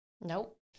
Nope